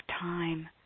time